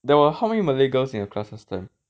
there were how many malay girls in the class last time